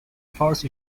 force